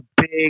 big